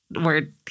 word